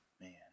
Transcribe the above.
Man